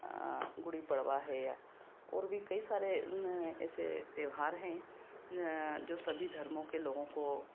गुड़ी पड़वा है या और भी कई सारे ऐसे त्योहार हैँ जो सभी धर्मों के लोगों को